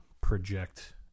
project